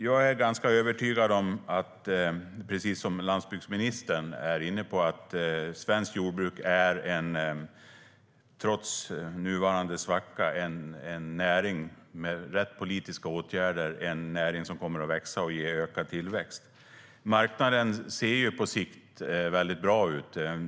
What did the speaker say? Jag är ganska övertygad om att svenskt jordbruk trots nuvarande svacka är en näring som med rätt politiska åtgärder kommer att växa och ge ökad tillväxt, precis som landsbygdsministern var inne på. Marknaden ser på sikt bra ut.